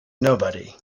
nobody